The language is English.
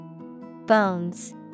Bones